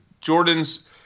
Jordan's